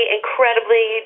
incredibly